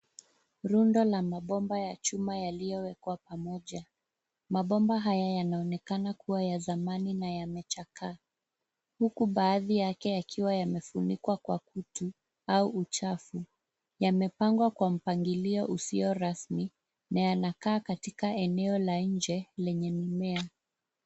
Rundo ya mabomba ya chuma yaliyowekwa pamoja. Mabomba haya yanaonekana kuwa ya zamani na yamechakaa, huku baadhi yake yakiwa yamefunikwa kwa kutu au uchafu. Yamepangwa kwa mpangilio usio rasmi na yanakaa katika eneo la nje lenye mimea.